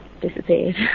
disappeared